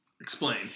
Explain